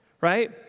right